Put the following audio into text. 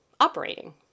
operating